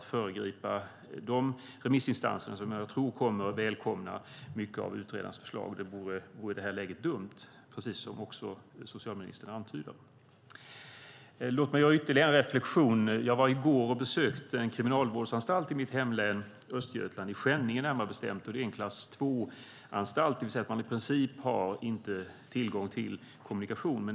Att föregripa de remissinstanser som jag tror kommer att välkomna många av utredarens förslag vore i det här läget dumt, precis som socialministern antyder. Låt mig göra ytterligare en reflexion. Jag besökte i går en kriminalvårdsanstalt i mitt hemlän Östergötland, närmare bestämt i Skänninge. Det är en klass II-anstalt, det vill säga att man i princip inte har tillgång till kommunikation.